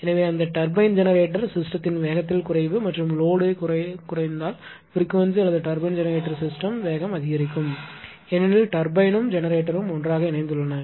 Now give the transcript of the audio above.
எனவே அந்த turbine generator சிஸ்டத்தின் வேகத்தில் குறைவு மற்றும் லோடு குறைந்தால் பிரிகுவென்ஸி அல்லது டர்பைன் ஜெனரேட்டர் சிஸ்டத்தின் வேகம் அதிகரிக்கும் ஏனெனில் டர்பைனும் ஜெனரேட்டரும் ஒன்றாக இணைந்துள்ளன